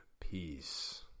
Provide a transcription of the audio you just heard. Peace